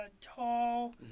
Tall